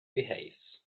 behaves